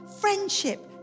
friendship